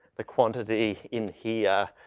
the quantity in here,